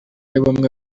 y’ubumwe